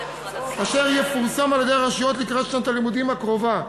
אשר יפורסמו על-ידי הרשויות לקראת שנת הלימודים הקרובה.